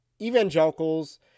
evangelicals